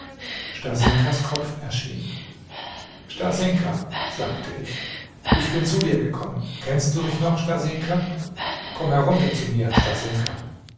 stasinkas kopf erschien stasinka sagte ich ich bin zu dir gekommen kennst du mich noch stasinka komm herunter zu mir